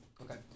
Okay